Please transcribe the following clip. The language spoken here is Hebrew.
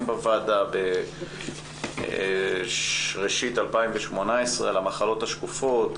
בוועדה בראשית 2018 על המחלות השקופות,